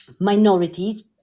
minorities